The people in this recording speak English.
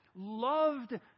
loved